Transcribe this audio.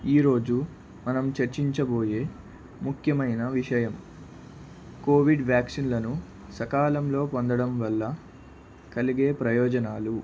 ఈరోజు మనం చర్చించబోయే ముఖ్యమైన విషయం కోవిడ్ వ్యాక్సిన్లను సకాలంలో పొందడం వల్ల కలిగే ప్రయోజనాలు